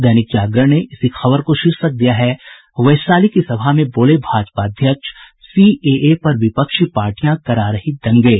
दैनिक जागरण ने इसी खबर को शीर्षक दिया है वैशाली की सभा में बोले भाजपा अध्यक्ष सीएए पर विपक्षी पार्टियां करा रही दंगे